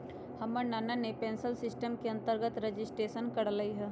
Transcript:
हमर नना ने नेशनल पेंशन सिस्टम के अंतर्गत रजिस्ट्रेशन करायल हइ